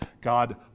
God